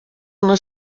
una